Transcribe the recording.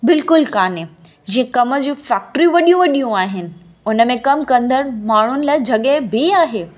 बिल्कुलु काने जीअं कम जूं फैक्ट्रियूं वॾियूं वॾियूं आहिनि उन में कम कंदड़ माण्हुनि लाइ जॻहि बि आहे